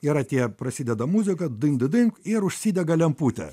yra tie prasideda muzika dink dink ir užsidega lemputė